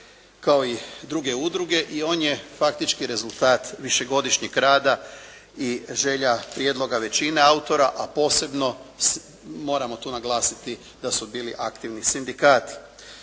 kao i druge udruge i on je faktički rezultat višegodišnjeg rada i želja prijedloga većine autora a posebno moramo to naglasiti da su bili aktivni sindikati.